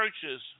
churches